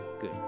good